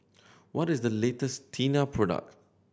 what is the latest Tena product